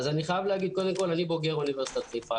אני חייב להגיד שאני בוגר אוניברסיטת חיפה,